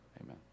Amen